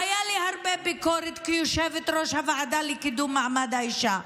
והייתה לי הרבה ביקורת כיושבת-ראש הוועדה לקידום מעמד האישה.